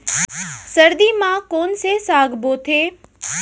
सर्दी मा कोन से साग बोथे?